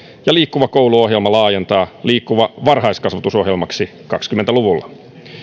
ja liikkuva koulu ohjelma laajentaa liikkuva varhaiskasvatus ohjelmaksi kaksikymmentä luvulla